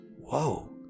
whoa